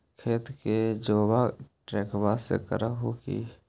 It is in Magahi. खेत के जोतबा ट्रकटर्बे से कर हू की?